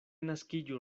naskiĝu